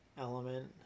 element